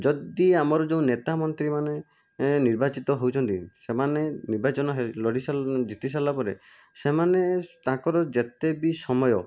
ଯଦି ଆମର ଯେଉଁ ନେତା ମନ୍ତ୍ରୀମାନେ ନିର୍ବାଚିତ ହେଉଛନ୍ତି ସେମାନେ ନିର୍ବାଚନ ଲଢ଼ି ସାରିଲା ଜିତି ସାରିଲା ପରେ ସେମାନେ ତାଙ୍କର ଯେତେ ବି ସମୟ